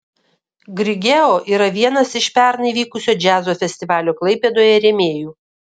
grigeo yra vienas iš pernai vykusio džiazo festivalio klaipėdoje rėmėjų